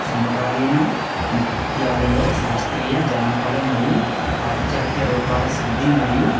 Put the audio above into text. సమకాలీన నృత్యాలలో శాస్త్రీయ జానపద మరియు పాశ్చాత్య రూపాల సిద్ధి మరియు